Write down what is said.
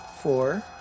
Four